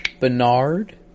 Bernard